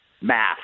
math